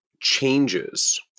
changes